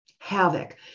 havoc